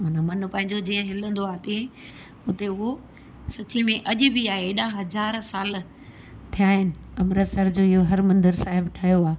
माना मनु पंहिंजो जीअं हिलंदो आहे तीअं हुते उओ सची में अॼ बि आहे एॾा हजार साल थिया आहिनि अमृतसर जो इहो हर मंदर साहिब ठहियो आहे